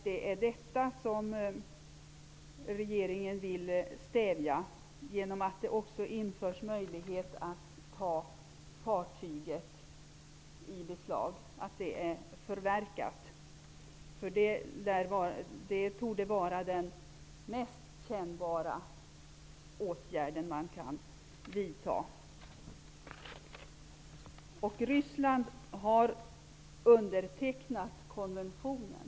Det är detta som regeringen vill stävja genom att det också införs en möjlighet att ta fartyget i beslag, dvs. det är förverkat. Det torde vara den mest kännbara åtgärden man kan vidta. Ryssland har undertecknat konventionen.